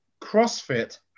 CrossFit